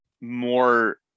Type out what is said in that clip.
more